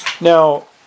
Now